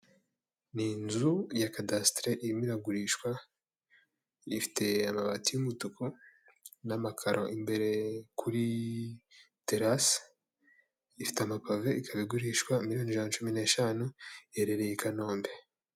Ni inzu ya kadasiteri irimo iragurishwa ifite amabati y'umutuku n'amakaro imbere, kuri terasi, ifite amapave ikaba igurishwa miliyoni ijana na cumi n'eshanu iherereye i Kanombe.